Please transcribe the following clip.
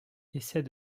essais